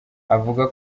avuga